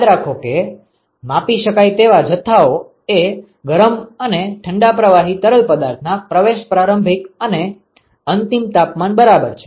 યાદ રાખો કે માપી શકાય તેવા જથ્થાઓ એ ગરમ અને ઠંડા પ્રવાહી તરલ પદાર્થના પ્રવેશ પ્રારંભિક અને અંતિમ તાપમાન બરાબર છે